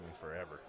forever